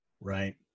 Right